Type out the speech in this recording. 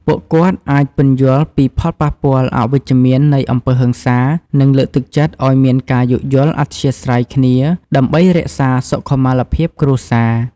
ពួកគាត់អាចពន្យល់ពីផលប៉ះពាល់អវិជ្ជមាននៃអំពើហិង្សា និងលើកទឹកចិត្តឱ្យមានការយោគយល់អធ្យាស្រ័យគ្នា ដើម្បីរក្សាសុខុមាលភាពគ្រួសារ។